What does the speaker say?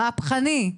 מהפכני.